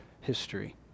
history